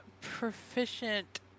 proficient